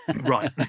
Right